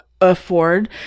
afford